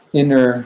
inner